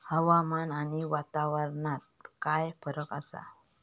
हवामान आणि वातावरणात काय फरक असा?